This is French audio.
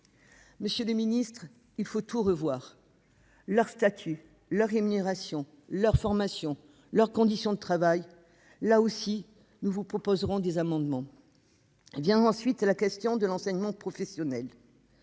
Monsieur le ministre, il faut tout revoir : le statut des AESH, leur rémunération, leur formation, leurs conditions de travail. Sur ce sujet également, nous vous proposerons des amendements. Vient ensuite la question de l'enseignement professionnel.